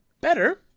better